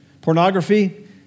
Pornography